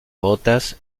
botas